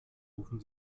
rufen